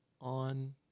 on